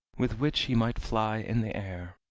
with which he might fly in the air.